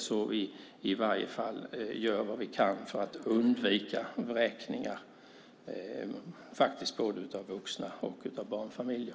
Vi bör i varje fall göra vad vi kan för att undvika vräkningar av vuxna och barnfamiljer.